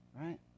Right